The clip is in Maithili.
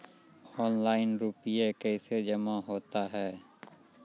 ऑनलाइन रुपये कैसे जमा होता हैं?